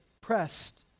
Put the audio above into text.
pressed